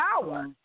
power